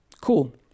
cool